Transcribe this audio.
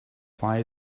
apply